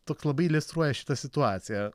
toks labai iliustruoja šitą situaciją